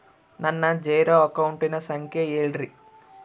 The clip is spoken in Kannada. ನನ್ನ ಜೇರೊ ಅಕೌಂಟಿನ ಸಂಖ್ಯೆ ಹೇಳ್ರಿ?